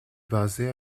basée